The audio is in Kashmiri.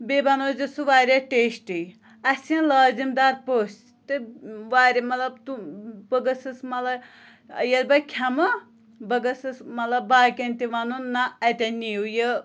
بیٚیہِ بَنٲے زیٚو سُہ واریاہ ٹیسٹی اَسہِ یِنۍ لٲزِم دار پٔژھۍ تہٕ وارِ مطلب تُم بہٕ گٔژھٕس مطلب ییٚلہِ بہٕ کھٮ۪مہٕ بہٕ گٔژھٕس مطلب باقیَن تہِ وَنُن نہ اَتٮ۪ن نِیِیو یہِ